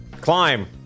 Climb